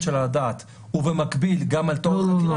שלה לדעת ובמקביל גם על טוהר החקירה.